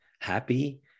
happy